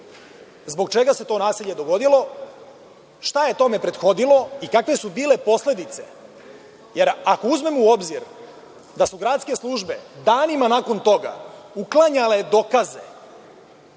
zbog čega se to nasilje dogodilo, šta je tome prethodilo i kakve su bile posledice, jer ako uzmemo u obzir da su gradske službe danima nakon toga uklanjale dokaze